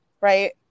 right